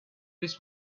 this